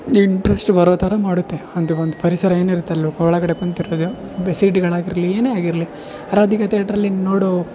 interest ಬರೋ ಥರ ಮಾಡುತ್ತೆ ಅಂತ ಒಂದು ಪರಿಸರ ಏನಿರುತ್ತೆ ಅಲ್ಲಿ ಒಳಗಡೆ ಕುಂತಿರೋದು ಬೇ ಸೀಟ್ಗಳಾಗಿರಲಿ ಏನೇ ಆಗಿರಲಿ ರಾಧಿಕ ತೇಟ್ರಲ್ಲಿ ನೋಡೋ